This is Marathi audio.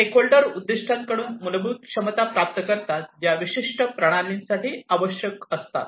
स्टेकहोल्डर उद्दीष्टांकडून मूलभूत क्षमता प्राप्त करतात ज्या विशिष्ट प्रणालीसाठी आवश्यक असतात